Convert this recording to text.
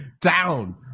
down